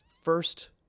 first